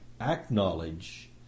acknowledge